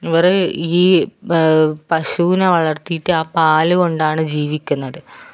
ഇവർ ഈ പശുവിനെ വളർത്തിയിട്ട് ആ പാലു കൊണ്ടാണ് ജീവിക്കുന്നത്